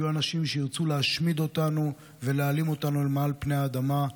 יהיו אנשים שירצו להשמיד אותנו ולהעלים אותנו מעל פני האדמה.